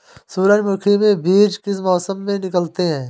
सूरजमुखी में बीज किस मौसम में निकलते हैं?